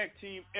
team